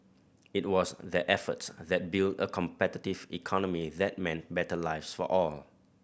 it was their efforts that built a competitive economy that meant better lives for all